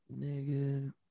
Nigga